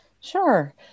Sure